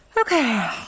Okay